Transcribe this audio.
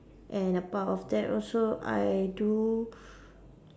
and apart of that also I do